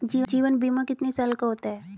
जीवन बीमा कितने साल का होता है?